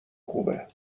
خوبه